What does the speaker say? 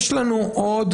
יש לנו עוד,